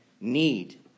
need